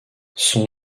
son